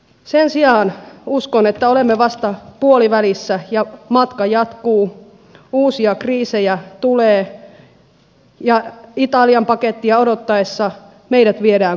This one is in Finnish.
sen sijaan uskon että olemme vasta puolivälissä ja matka jatkuu uusia kriisejä tulee ja italian pakettia odotettaessa meidät viedään kohti liittovaltiota